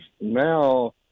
now